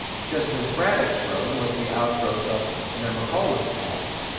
just as braddock's road was the outgrowth of nemacolin's path.